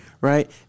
right